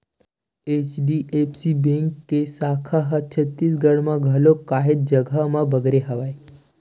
HDFC bank के साखा ह छत्तीसगढ़ म घलोक काहेच जघा म बगरे हवय